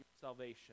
salvation